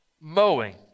mowing